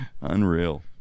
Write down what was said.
Unreal